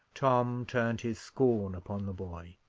tom turned his scorn upon the boy.